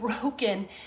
broken